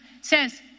says